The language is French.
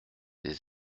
des